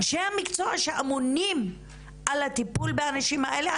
אנשי המקצוע שאמונים על הטיפול באנשים האלה?